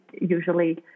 usually